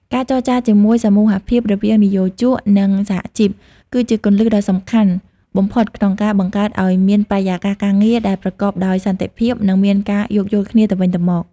ការចរចាជាសមូហភាពរវាងនិយោជក និងសហជីព គឺជាគន្លឹះដ៏សំខាន់បំផុតក្នុងការបង្កើតឱ្យមានបរិយាកាសការងារដែលប្រកបដោយសន្តិភាព និងមានការយោគយល់គ្នាទៅវិញទៅមក។